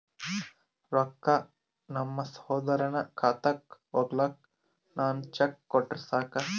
ರೊಕ್ಕ ನಮ್ಮಸಹೋದರನ ಖಾತಕ್ಕ ಹೋಗ್ಲಾಕ್ಕ ನಾನು ಚೆಕ್ ಕೊಟ್ರ ಸಾಕ್ರ?